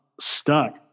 stuck